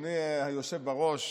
אדוני היושב בראש,